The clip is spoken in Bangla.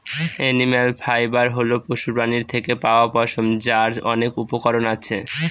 এনিম্যাল ফাইবার হল পশুপ্রাণীর থেকে পাওয়া পশম, যার অনেক উপকরণ আছে